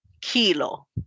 Kilo